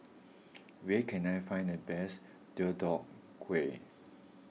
where can I find the best Deodeok Gui